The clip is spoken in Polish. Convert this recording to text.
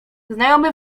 znajomy